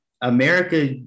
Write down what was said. America